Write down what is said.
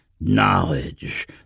KNOWLEDGE